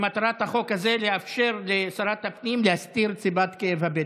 שמטרת החוק הזה לאפשר לשרת הפנים להסתיר את סיבת כאב הבטן.